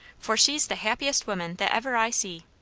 for she's the happiest woman that ever i see.